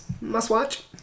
must-watch